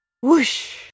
whoosh